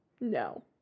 no